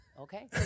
Okay